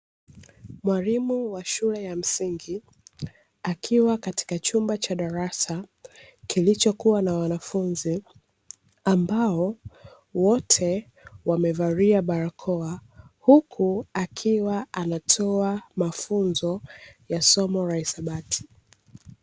Mwalimu wa shule ya msingi, akiwa katika chumba cha darasa kilichokuwa na wanafunzi, ambao wote wamevalia barakoa huku, akiwa anatoa mafunzo ya somo la hisabati.